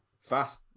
fast